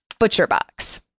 ButcherBox